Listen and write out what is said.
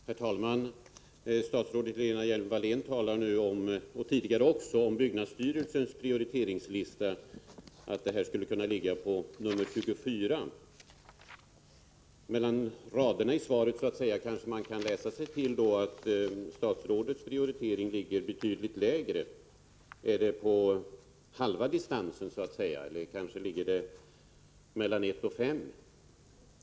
Herr talman! Statsrådet Lena Hjelm-Wallén talar nu, liksom tidigare, om Torsdagen den byggnadsstyrelsens prioriteringslista och säger att projektet ligger på plats — 13 december 1984 nr 24. Mellan raderna i hennes svar kan man kanske läsa sig till att statsrådet ger frågan högre prioritet. Kan det vara fråga om halva distansen eller kanske Om reglerna för in någon av platserna mellan ett och fem?